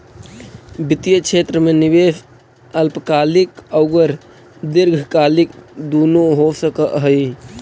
वित्तीय क्षेत्र में निवेश अल्पकालिक औउर दीर्घकालिक दुनो हो सकऽ हई